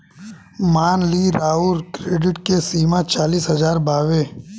मान ली राउर क्रेडीट के सीमा चालीस हज़ार बावे